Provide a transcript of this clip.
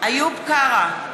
איוב קרא,